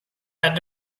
had